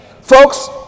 Folks